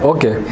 Okay